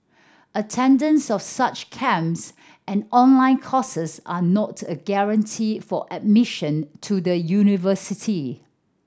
attendance of such camps and online courses are not a guarantee for admission to the university